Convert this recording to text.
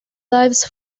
lives